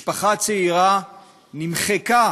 משפחה צעירה נמחקה